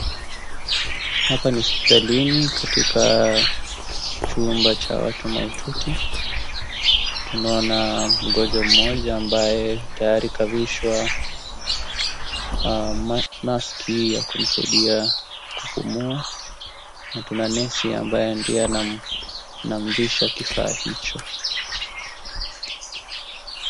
Hapa ni hospitalini katika chumba cha watu mahututi, tunaona mgonjwa mmoja ambaye tayari kavishwa maski ya kumsaidia kupumua, na tuna nesi ambaye ndiye anamvisha kifaa hicho.